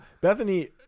Bethany